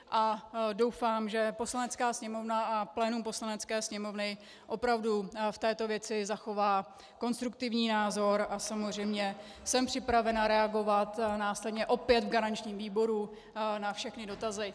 A doufám, že Poslanecká sněmovna a plénum Poslanecké sněmovny opravdu v této věci zachová konstruktivní názor, a samozřejmě jsem připravena reagovat následně opět v garančním výboru na všechny dotazy.